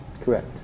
Correct